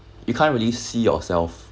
you can't really see yourself